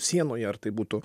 sienoj ar tai būtų